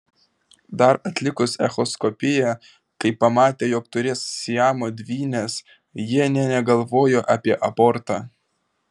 dar atlikus echoskopiją kai pamatė jog turės siamo dvynes jie nė negalvojo apie abortą